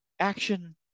action